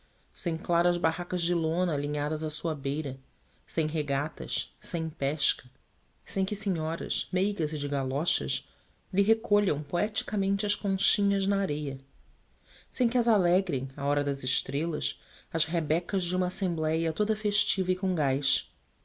sem claras barracas de lona alinhadas à sua beira sem regatas sem pescas sem que senhoras meigas e de galochas lhe recolham poeticamente as conchinhas na areia sem que as alegrem à hora das estrelas as rabecas de uma assembléia toda festiva e com gás